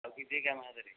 ଆଉ ବିଜୟ କ୍ୟାମେରା ଧରିକି